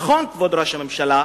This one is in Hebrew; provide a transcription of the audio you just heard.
נכון, כבוד ראש הממשלה,